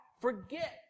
forget